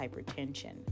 hypertension